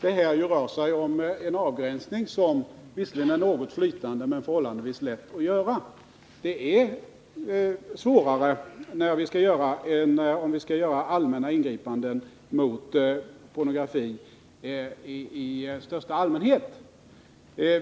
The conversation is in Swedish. Det rör sig här om en avgränsning, som visserligen är något flytande men ändå förhållandevis lätt att göra. Det är svårare när det gäller att göra allmänna ingripanden mot pornografisk litteratur i största allmänhet.